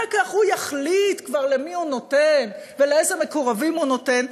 כך הוא יחליט כבר למי הוא נותן ולאיזה מקורבים הוא נותן,